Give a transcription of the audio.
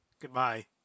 Goodbye